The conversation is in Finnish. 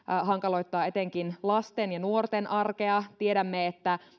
hankaloittaa etenkin lasten ja nuorten arkea tiedämme että